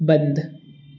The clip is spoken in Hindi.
बंद